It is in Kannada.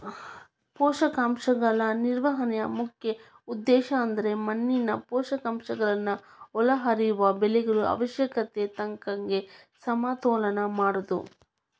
ಪೋಷಕಾಂಶಗಳ ನಿರ್ವಹಣೆಯ ಮುಖ್ಯ ಉದ್ದೇಶಅಂದ್ರ ಮಣ್ಣಿನ ಪೋಷಕಾಂಶಗಳ ಒಳಹರಿವು ಬೆಳೆಗಳ ಅವಶ್ಯಕತೆಗೆ ತಕ್ಕಂಗ ಸಮತೋಲನ ಮಾಡೋದು